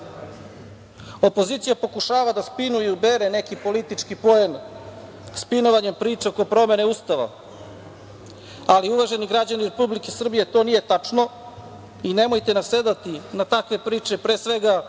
Opozicija pokušava da spinuje, uberu neki politički pojen, spinovanjem priča oko promene Ustava, ali uvaženi građani Republike Srbije, to nije tačno i nemojte nasedati na takve priče, pre svega